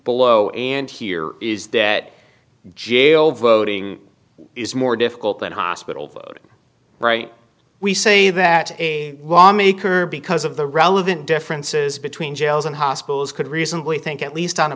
below and here is that jail voting is more difficult than hospital food right we say that a lawmaker because of the relevant differences between jails and hospitals could reasonably think at least on a